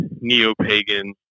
neo-pagan